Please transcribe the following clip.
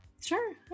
Sure